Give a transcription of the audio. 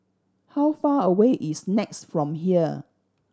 how far away is NEX from here